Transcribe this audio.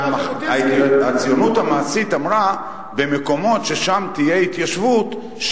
והציונות המעשית אמרה: במקומות ששם תהיה התיישבות,